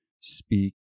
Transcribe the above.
speak